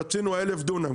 רצינו 1,000 דונם,